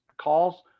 calls